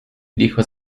licho